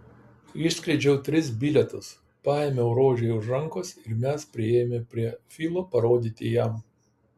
išskleidžiau tris bilietus paėmiau rožei už rankos ir mes priėjome prie filo parodyti jam